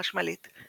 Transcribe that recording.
חשמלית,